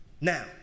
Now